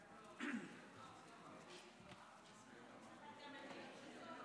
שלוש דקות.